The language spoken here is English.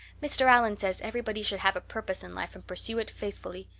mr. allan says everybody should have a purpose in life and pursue it faithfully.